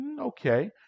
okay